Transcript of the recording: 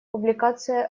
публикация